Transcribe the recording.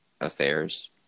Affairs